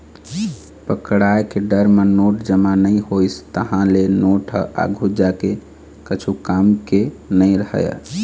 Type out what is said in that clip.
पकड़ाय के डर म नोट जमा नइ होइस, तहाँ ले नोट ह आघु जाके कछु काम के नइ रहय